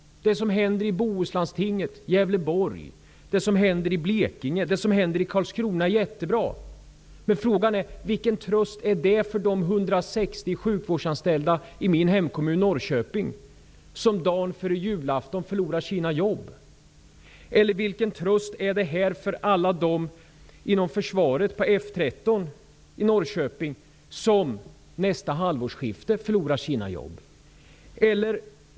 Det är jättebra. Blekinge och Karlskrona är jättebra. Men frågan är vilken tröst det är för de 160 sjukvårdsanställda i min hemkommun Norrköping, som dagen före julafton förlorar sina jobb? Vilken tröst är detta för alla dem inom försvaret på F 13 i Norrköping som förlorar sina jobb nästa halvårsskifte?